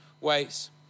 ways